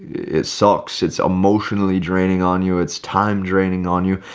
it sucks. it's emotionally draining on you. it's time draining on you.